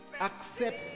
accept